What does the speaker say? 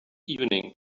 evening